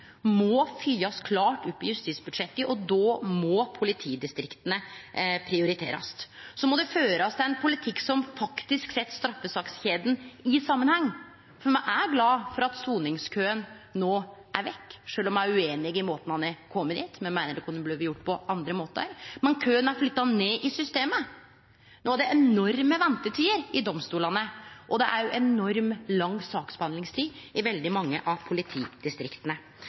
må fylgjast klart opp i justisbudsjettet, og då må politidistrikta prioriterast. Så må det førast ein politikk som faktisk ser straffesakskjeda i samanheng. Me er glade for at soningskøen no er vekk, sjølv om me er ueinige i måten me er komne dit på. Me meiner det kunne blitt gjort på andre måtar. Men køen er flytta ned i systemet. No er det enorme ventetider i domstolane, og det er òg enormt lang saksbehandlingstid i veldig mange av politidistrikta.